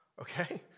okay